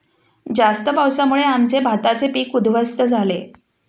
जास्त पावसामुळे आमचे भाताचे पीक उध्वस्त झाले